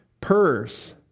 purse